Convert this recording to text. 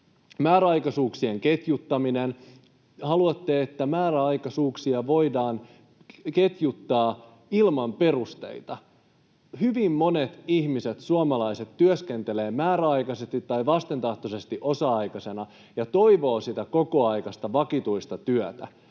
Määräaikaisuuksien ketjuttaminen: Haluatte, että määräaikaisuuksia voidaan ketjuttaa ilman perusteita. Hyvin monet ihmiset, suomalaiset, työskentelevät määräaikaisesti tai vastentahtoisesti osa-aikaisena ja toivovat sitä kokoaikaista vakituista työtä,